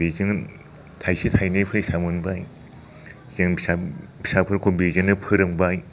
बेजों थायसे थायनै फैसा मोनबाय जों फिसा फिसाफोरखौ बेजोंनो फोरोंबाय